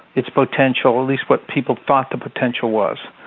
its potential, at least what people thought the potential was.